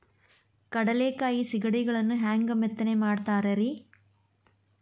ಕಡಲೆಕಾಯಿ ಸಿಗಡಿಗಳನ್ನು ಹ್ಯಾಂಗ ಮೆತ್ತನೆ ಮಾಡ್ತಾರ ರೇ?